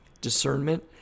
discernment